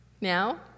Now